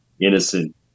innocent